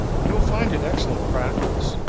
you will find it excellent practise,